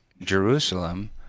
Jerusalem